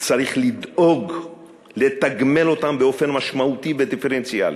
צריך לדאוג לתגמל אותם באופן משמעותי ודיפרנציאלי.